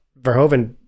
Verhoeven